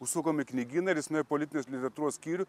užsukom į knygyną ir jis nuėjo į politinės literatūros skyrių